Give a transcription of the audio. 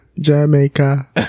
Jamaica